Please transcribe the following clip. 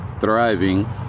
thriving